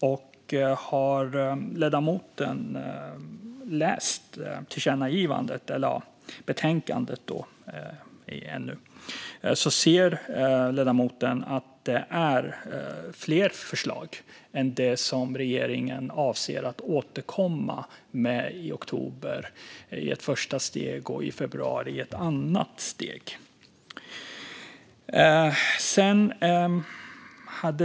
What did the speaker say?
Om ledamoten läser betänkandet ser ledamoten att det finns fler förslag än det som regeringen avser att återkomma med i oktober i ett första steg och i februari i ett andra steg.